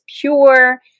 pure